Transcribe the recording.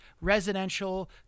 residential